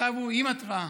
הצו הוא עם התראה.